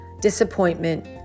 disappointment